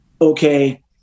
okay